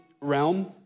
realm